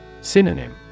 Synonym